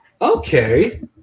Okay